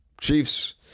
Chiefs